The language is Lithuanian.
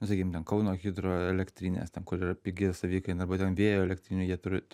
sakykim ten kauno hidroelektrinės ten kur yra pigi savikaina arba ten vėjo elektrinių jie turi